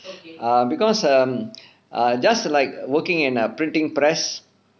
err because um err just like working in a printing press